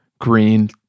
green